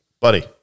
buddy